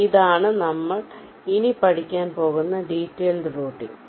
ഇതാണ് നമ്മ ഇനി പഠിക്കാൻ പോകുന്ന ഡീറ്റൈൽഡ് റൂട്ടിംഗ്